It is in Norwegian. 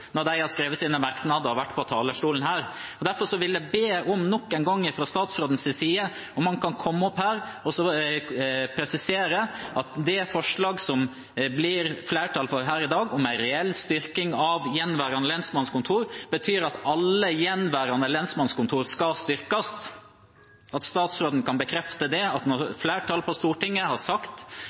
når de har skrevet sine merknader og vært på talerstolen her. Derfor vil jeg be statsråden nok en gang komme opp her og presisere at det forslag som det blir flertall for i dag, om en reell styrking av gjenværende lensmannskontorer, betyr at alle gjenværende lensmannskontorer skal styrkes, om han kan bekrefte at når flertallet på Stortinget har sagt